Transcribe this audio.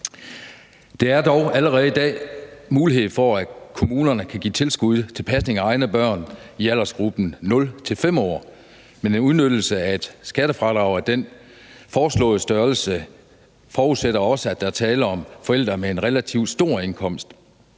Der er dog allerede i dag mulighed for, at kommunerne kan give tilskud til pasning af egne børn i aldersgruppen 0-5 år, men en udnyttelse af et skattefradrag af den foreslåede størrelse forudsætter også, at der er tale om forældre med en relativt stor indkomst.